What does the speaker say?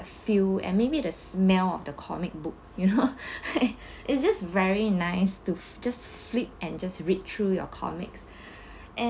feel and maybe the smell of the comic book you know it's just very nice to just flip and just read through your comics and